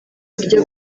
kurya